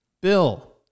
Bill